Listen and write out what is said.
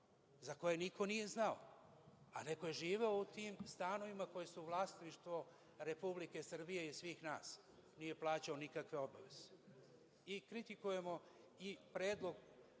za koje niko nije znao, a neko je živeo u tim stanovima koji su vlasništvo Republike Srbije i svih nas, nije plaćao nikakve obaveze. Kritikujemo predlog